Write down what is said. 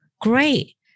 Great